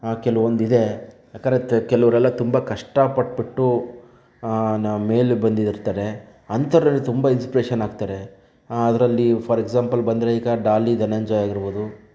ಕೆಲವೊಂದಿದೆ ಯಾಕೆಂದರೆ ತೆ ಕೆಲವರೆಲ್ಲ ತುಂಬ ಕಷ್ಟಪಟ್ಟುಬಿಟ್ಟು ಮೇಲೆ ಬಂದಿರ್ತಾರೆ ಅಂಥವರೆಲ್ಲ ತುಂಬ ಇನ್ಸ್ಪಿರೇಷನ್ ಆಗ್ತಾರೆ ಅದರಲ್ಲಿ ಫಾರ್ ಎಕ್ಸಾಂಪಲ್ ಬಂದರೆ ಈಗ ಡಾಲಿ ಧನಂಜಯ್ ಆಗಿರ್ಬೋದು